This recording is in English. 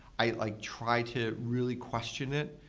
i try to really question it.